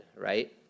right